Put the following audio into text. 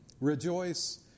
Rejoice